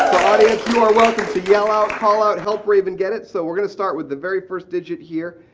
audience you are welcome to yell out, call out, help raven get it. so we're going to start with the very first digit here.